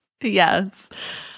Yes